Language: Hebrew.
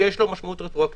כי יש לו משמעות רטרואקטיבית.